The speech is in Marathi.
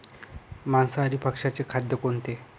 मांसाहारी पक्ष्याचे खाद्य कोणते?